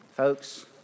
Folks